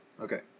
okay